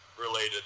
related